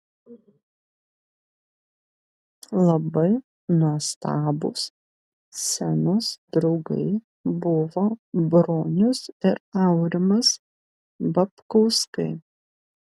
labai nuostabūs scenos draugai buvo bronius ir aurimas babkauskai